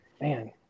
man